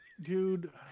Dude